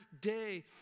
day